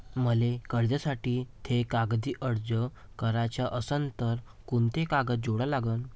मले कर्जासाठी थे कागदी अर्ज कराचा असन तर कुंते कागद जोडा लागन?